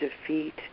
defeat